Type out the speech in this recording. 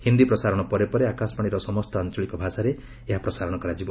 ହିନ୍ଦି ପ୍ରସାରଣ ପରେ ପରେ ଆକାଶବାଣୀର ସମସ୍ତ ଆଞ୍ଚଳିକ ଭାଷାରେ ଏହା ପ୍ରସାରଣ କରାଯିବ